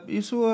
isso